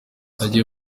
nagiye